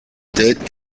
dirt